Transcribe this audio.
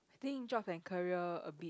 I think job and career a bit